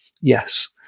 Yes